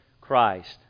Christ